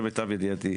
למיטב ידיעתי.